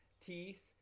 teeth